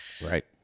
Right